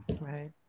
right